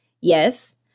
yes